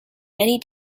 many